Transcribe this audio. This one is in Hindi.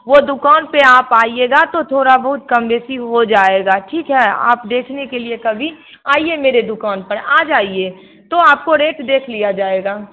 वो दुकान पे आप आइएगा तो थोड़ा बहुत कम बेशी हो जाएगा ठीक है आप देखने के लिए कभी आइए मेरे दुकान पर आ जाइए तो आपको रेट देख लिया जाएगा